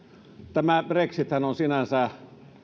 tämä brexithän on sinänsä